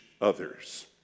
others